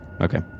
Okay